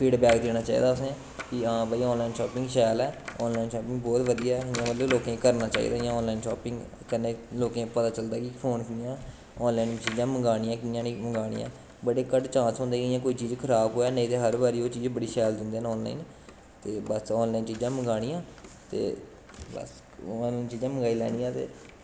feedback देना चाहिदा असें कि हां भाई आनलाइन शापिंग शैल ऐ आनलाइन शापिंग बौह्त बधिया ऐ एह्दा मतलब लोकें गी करना चाहिदा इ'यां आनलाइन शापिंग कन्नै लोकें गी पता चलदा कि फोन कि'यां आनलाइन चीजां मंगनियां कि'यां नेईं मंगनियां बड़े घट्ट चांस होंदे कि इ'यां कोई चीज खराब होऐ नेईं ते हर बारी ओह् चीज़ बड़ी शैल दिंदे न आनलाइन ते बस आनलाइन चीजां मंगानियां ते बस आनलाइन चीजां मंगाई लैनियां ते